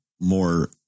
more